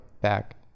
back